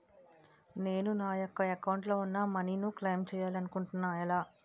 నేను నా యెక్క అకౌంట్ లో ఉన్న మనీ ను క్లైమ్ చేయాలనుకుంటున్నా ఎలా?